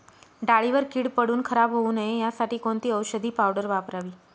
डाळीवर कीड पडून खराब होऊ नये यासाठी कोणती औषधी पावडर वापरावी?